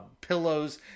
pillows